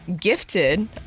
gifted